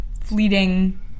fleeting